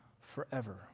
forever